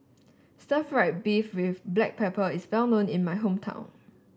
Stir Fried Beef with Black Pepper is well known in my hometown